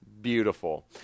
Beautiful